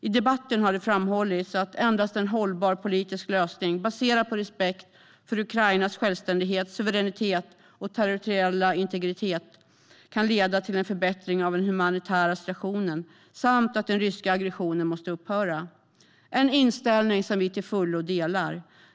I debatten har det framhållits att endast en hållbar politisk lösning baserad på respekt för Ukrainas självständighet, suveränitet och territoriella integritet kan leda till en förbättring av den humanitära situationen, samt att den ryska aggressionen måste upphöra. Detta är en inställning vi till fullo delar.